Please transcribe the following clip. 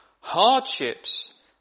hardships